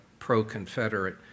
pro-Confederate